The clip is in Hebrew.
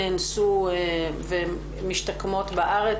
נאנסו ומשתקמות בארץ.